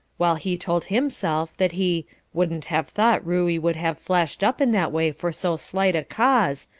while he told himself that he wouldn't have thought ruey would have flashed up in that way for so slight a cause,